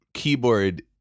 keyboard